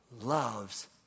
loves